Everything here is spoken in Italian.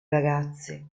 ragazzi